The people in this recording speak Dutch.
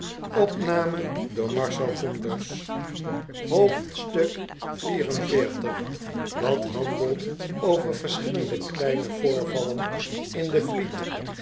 hoofdstuk xliv dat handelt over verschillende kleine voorvallen in de fleet